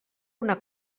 una